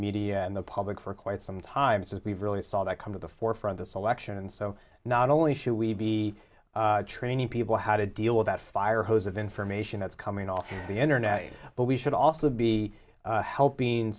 media and the public for quite some time is we've really saw that come to the forefront of selection and so not only should we be training people how to deal with that fire hose of information that's coming off the internet but we should also be helping